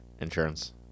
insurance